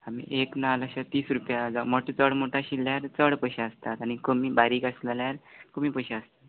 आमी एक नाल अशे तीस रुपया जावं मोट चड मोठो आशिल्ल्यार चड पयशे आसतात आनी कमी बारीक आस जाल्यार कमी पयशे आसतात